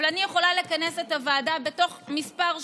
אבל אני יכולה לכנס את הוועדה תוך כמה שעות,